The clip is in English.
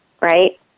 right